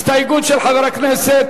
הסתייגות של חברי הכנסת